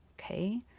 okay